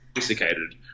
sophisticated